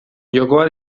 jokoa